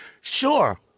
Sure